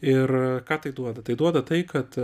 ir ką tai duoda tai duoda tai kad